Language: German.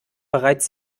bereits